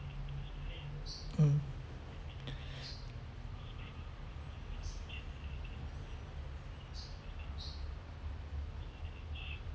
mm